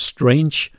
Strange